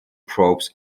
probes